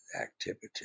activity